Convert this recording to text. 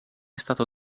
stato